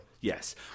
Yes